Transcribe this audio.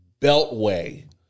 Beltway